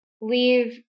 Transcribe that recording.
leave